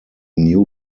new